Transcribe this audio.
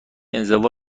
انزوا